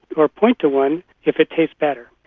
or point to one if it tastes better.